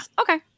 Okay